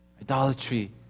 Idolatry